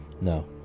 No